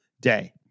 day